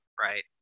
right